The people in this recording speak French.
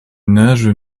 nage